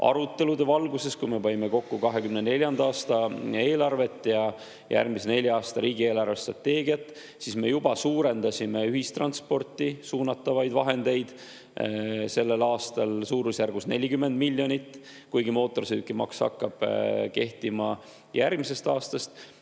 arutelude valguses, kui me panime kokku 2024. aasta eelarvet ja järgmise nelja aasta riigi eelarvestrateegiat, me suurendasime ühistransporti suunatavaid vahendeid sellel aastal suurusjärgus 40 miljonit – kuigi mootorsõidukimaks hakkab kehtima järgmisest aastast